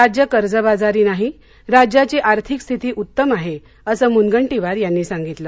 राज्य कर्जबाजारी नाही राज्याची आर्थिक स्थिती उत्तम आहे असं मुनगंटीवार यांनी सांगितलं